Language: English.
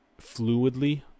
fluidly